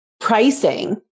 pricing